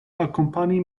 akompani